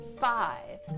Five